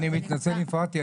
אני מתנצל אם הפרעתי,